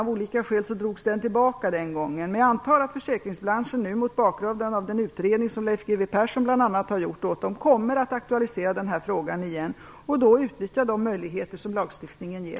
Av olika skäl drogs den tillbaka. Men jag antar att försäkringsbranschen mot bakgrund av den utredning som bl.a. Leif G.W. Persson har gjort kommer att aktualisera den här frågan igen och då utnyttja de möjligheter som lagstiftningen ger.